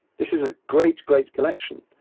this is a great, great collection.